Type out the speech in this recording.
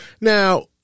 Now